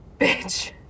bitch